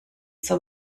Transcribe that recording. zur